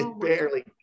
barely